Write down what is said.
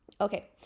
okay